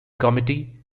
committee